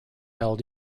held